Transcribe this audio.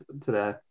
today